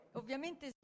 ovviamente